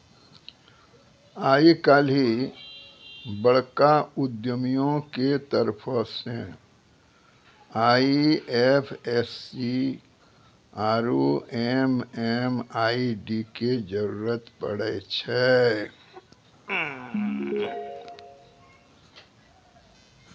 आइ काल्हि बड़का उद्यमियो के तरफो से आई.एफ.एस.सी आरु एम.एम.आई.डी के जरुरत पड़ै छै